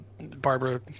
Barbara